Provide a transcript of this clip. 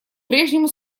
прежнему